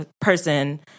person